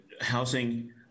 housing